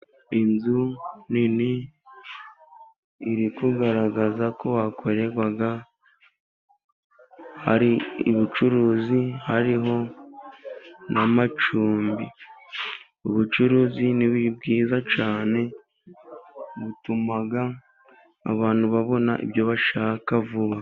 Inzu nini iri kugaragaza ko hakorerwa, ari ubucuruzi hariho n'amacumbi. Ubucuruzi ni bwiza cyane butuma abantu babona ibyo bashaka vuba.